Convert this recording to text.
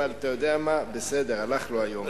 אבל אתה יודע מה, בסדר, הלך לו היום.